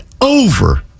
over